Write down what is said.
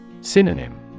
Synonym